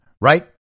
right